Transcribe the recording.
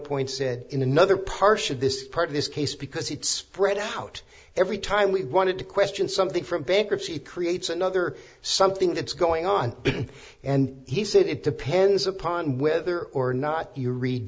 point said in another part should this part of this case because it's spread out every time we wanted to question something from bankruptcy it creates another something that's going on and he said it depends upon whether or not you rea